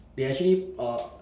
they actually uh